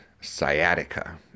sciatica